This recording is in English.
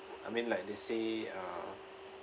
I mean like they say uh